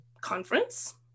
conference